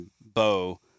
bow